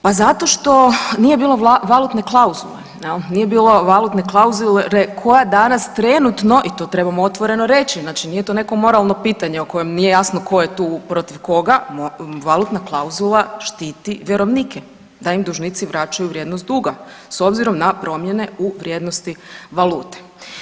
Pa zato što nije bilo valutne klauzule jel, nije bilo valutne klauzule koja danas trenutno i to trebamo otvoreno reći, znači nije to neko moralno pitanje o kojem nije jasno tko je tu protiv koga, valutna klauzula štiti vjerovnike da im dužnici vraćaju vrijednost duga s obzirom na promjene u vrijednosti valute.